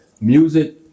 music